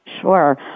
sure